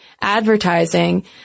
advertising